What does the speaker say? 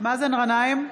מאזן גנאים,